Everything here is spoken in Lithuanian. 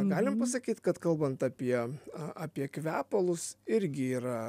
galim pasakyt kad kalbant apie a apie kvepalus irgi yra